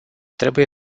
trebuie